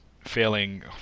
failing